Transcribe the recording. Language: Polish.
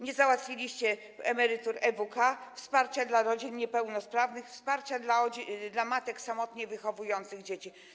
Nie załatwiliście emerytur EWK, wsparcia dla rodzin niepełnosprawnych, wsparcia dla matek samotnie wychowujących dzieci.